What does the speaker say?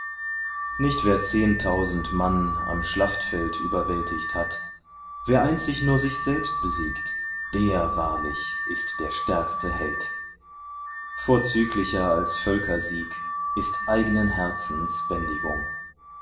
nicht wer zehnhunderttausend mann am schlachtfeld überwältigt hat wer einzig nur sich selbst besiegt der wahrlich ist der stärkste held vorzüglicher als völkersieg ist eignen herzens